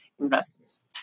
investors